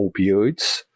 opioids